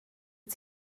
wyt